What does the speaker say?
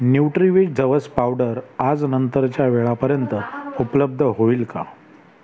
न्यूट्रिव्हिज जवस पावडर आज नंतरच्या वेळापर्यंत उपलब्ध होईल का